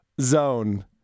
Zone